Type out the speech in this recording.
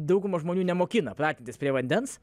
dauguma žmonių nemokina pratintis prie vandens